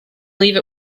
leave